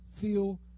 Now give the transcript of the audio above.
feel